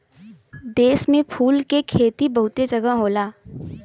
देश में फूल के खेती बहुते जगह होला